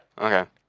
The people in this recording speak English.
Okay